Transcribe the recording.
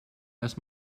asked